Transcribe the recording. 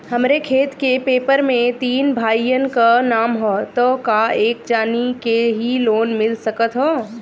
हमरे खेत के पेपर मे तीन भाइयन क नाम ह त का एक जानी के ही लोन मिल सकत ह?